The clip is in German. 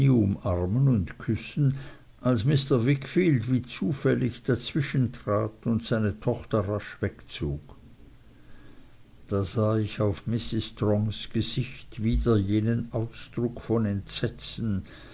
umarmen und küssen als mr wickfield wie zufällig dazwischen trat und seine tochter rasch wegzog da sah ich auf mrs strongs gesicht wieder jenen ausdruck von entsetzen